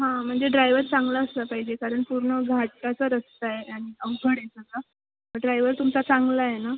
हां म्हणजे ड्रायवर चांगला असला पाहिजे कारण पूर्ण घाटाचा रस्ता आहे आणि अवघड आहे सगळं ड्रायवर तुमचा चांगला आहे ना